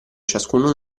ciascuno